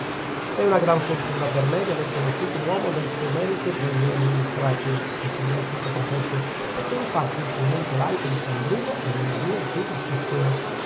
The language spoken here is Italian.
è una gran fortuna per me di aver conosciuto un uomo del suo merito tra i miei amministrati ripigliò il sottoprefetto perchè infatti il convento laico di san bruno è nella mia giurisdizione